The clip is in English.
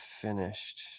finished